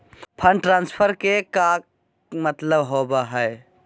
Fund transfer के का मतलब होव हई?